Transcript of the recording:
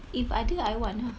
if ada I want ah